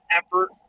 effort